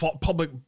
public